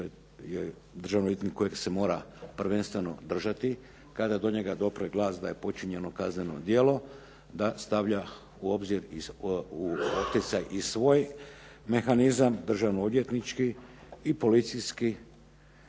kojeg se mora prvenstveno držati, kada do njega dopre glas da je počinjeno kazneno djelo, da stavlja u obzir, u opticaj i svoj mehanizam državno odvjetnički, i policijski,